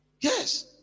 Yes